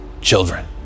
children